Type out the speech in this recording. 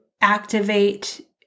activate